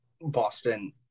Boston